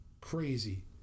crazy